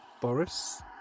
Boris